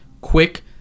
quick